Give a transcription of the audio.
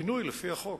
ובינוי לפי החוק.